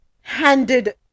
handed